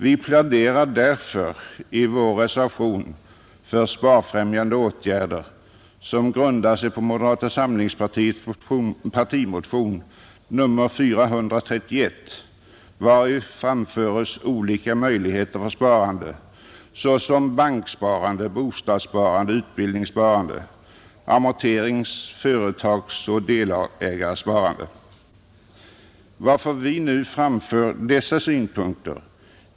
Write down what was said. Vi pläderar därför i vår reservation för sparfrämjande åtgärder som grundar sig på moderata samlingspartiets partimotion nr 431, vari framförs olika möjligheter för sparande, såsom banksparande, bostadssparande, utbild ningssparande, amorterings-, företagsoch delägarsparande. — Varför framför vi nu dessa synpunkter?